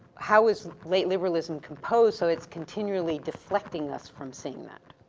how is late liberalism composed so its continually deflecting us from seeing that?